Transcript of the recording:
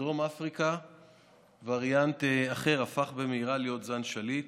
בדרום אפריקה וריאנט אחר הפך במהרה להיות זן שליט.